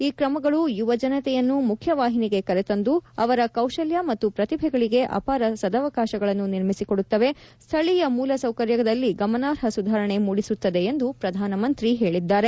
ಈ ತ್ರಮಗಳು ಯುವ ಜನತೆಯನ್ನು ಮುಖ್ಯವಾಹಿನಿಗೆ ಕರೆತಂದು ಅವರ ಕೌಶಲ ಮತ್ತು ಪ್ರತಿಭೆಗಳಿಗೆ ಅಪಾರ ಸದವಕಾಶಗಳನ್ನು ನಿರ್ಮಿಸಿಕೊಡುತ್ತವೆ ಸ್ಥಳೀಯ ಮೂಲ ಸೌಕರ್ಯದಲ್ಲಿ ಗಮನಾರ್ಹ ಸುಧಾರಣೆ ಮೂಡಿಸುತ್ತದೆ ಎಂದು ಪ್ರಧಾನಮಂತ್ರಿ ಹೇಳಿದ್ದಾರೆ